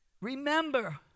Remember